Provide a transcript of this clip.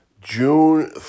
June